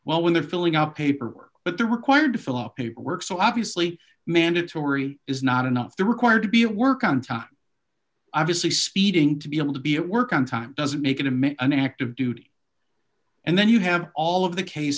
well when they're filling out paperwork but they're required to fill up paperwork so obviously mandatory is not enough they're required to be at work on time obviously speeding to be able to be at work on time doesn't make an image an active duty and then you have all of the case